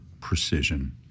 precision